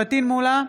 פטין מולא,